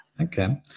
Okay